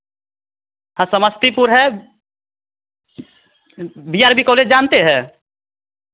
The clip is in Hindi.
हाँ समस्तीपुर है बी आर बी कॉलेज जानते हैं